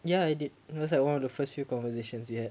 ya I did it was like one of the first few conversations we had